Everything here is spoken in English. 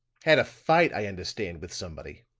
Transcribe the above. had a fight, i understand, with somebody.